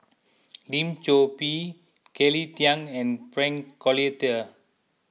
Lim Chor Pee Kelly Tang and Frank Cloutier